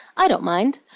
i don't mind.